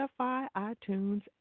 iTunes